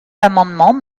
l’amendement